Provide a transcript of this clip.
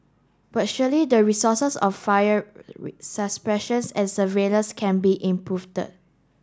but surely the resources of fire and surveillance can be improve